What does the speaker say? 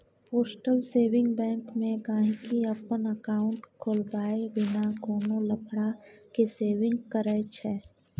postal saving bank मे गांहिकी अपन एकांउट खोलबाए बिना कोनो लफड़ा केँ सेविंग करय छै